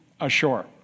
ashore